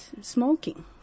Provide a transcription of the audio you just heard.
smoking